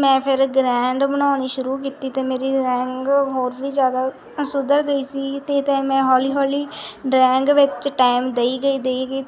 ਮੈਂ ਫਿਰ ਗਰੈਂਡ ਬਣਾਉਣੀ ਸ਼ੁਰੂ ਕੀਤੀ ਅਤੇ ਮੇਰੀ ਡਰੈਂਗ ਹੋਰ ਵੀ ਜ਼ਿਆਦਾ ਸੁਧਰ ਗਈ ਸੀ ਅਤੇ ਤਾਂ ਮੈਂ ਹੌਲੀ ਹੌਲੀ ਡਰੈਂਗ ਵਿੱਚ ਟਾਈਮ ਦਈ ਗਈ ਦਈ ਗਈ